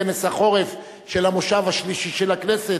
כנס החורף של המושב השלישי של הכנסת,